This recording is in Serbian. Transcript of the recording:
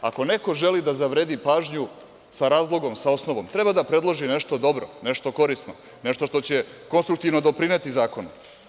Ako neko želi da zavredi pažnju sa razlogom, sa osnovom, treba da predloži nešto dobro, nešto korisno, nešto što će konstruktivno doprineti zakonu.